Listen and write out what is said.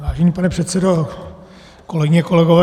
Vážený pane předsedo, kolegyně, kolegové.